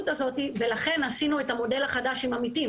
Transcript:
הזו ולכן עשינו את המודל החדש עם עמיתים.